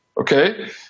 Okay